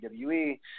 WWE